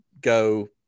go